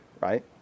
right